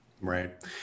Right